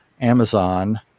Amazon